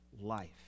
life